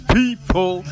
people